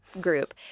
group